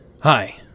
Hi